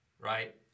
right